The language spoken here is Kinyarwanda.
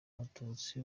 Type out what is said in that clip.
mututsi